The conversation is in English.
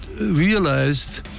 realized